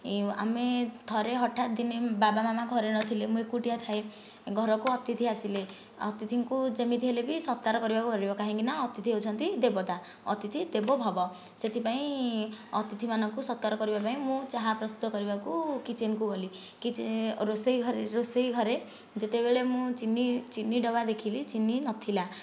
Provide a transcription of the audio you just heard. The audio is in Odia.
ଆମେ ଥରେ ହଠାତ ଦିନେ ବାବା ମାମା ଘରେ ନଥିଲେ ମୁଁ ଏକୁଟିଆ ଥାଏ ଘରକୁ ଅତିଥି ଆସିଲେ ଅତିଥିଙ୍କୁ ଯେମିତି ହେଲେ ବି ସତ୍କାର କରିବାକୁ ପଡ଼ିବ କାହିଁକି ନା ଅତିଥି ହେଉଛନ୍ତି ଦେବତା ଅତିଥି ଦେବ ଭବ ସେଥିପାଇଁ ଅତିଥି ମାନଙ୍କୁ ସତ୍କାର କରିବା ପାଇଁ ମୁଁ ଚାହା ପ୍ରସ୍ତୁତ କରିବା ପାଇଁ କିଚେନ୍କୁ ଗଲି ରୋଷେଇ ଘରେ ରୋଷେଇ ଘରେ ଯେତେବେଳେ ମୁଁ ଚିନି ଚିନି ଡବା ଦେଖିଲି ଚିନି ନଥିଲା